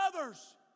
others